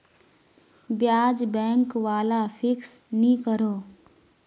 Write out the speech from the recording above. ब्याज़ बैंक वाला फिक्स नि करोह